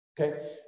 okay